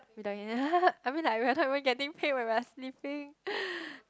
you done yet I mean like I rather weren't getting paid when we are sleeping